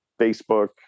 Facebook